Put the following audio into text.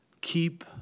keep